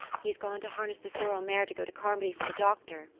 he's gone to harness the sorrel mare to go to carmody for the doctor,